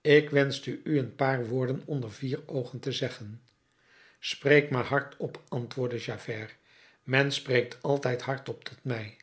ik wenschte u een paar woorden onder vier oogen te zeggen spreek maar hardop antwoordde javert men spreekt altijd hardop tot mij